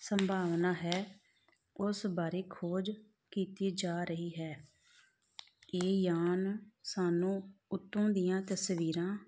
ਸੰਭਾਵਨਾ ਹੈ ਉਸ ਬਾਰੇ ਖੋਜ ਕੀਤੀ ਜਾ ਰਹੀ ਹੈ ਇਹ ਯਾਨ ਸਾਨੂੰ ਉੱਥੋਂ ਦੀਆਂ ਤਸਵੀਰਾਂ